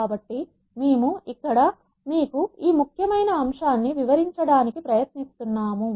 కాబట్టి మేము ఇక్కడ మీకు ఈ ముఖ్యమైన అంశాన్ని వివరించడానికి ప్రయత్నిస్తున్నాము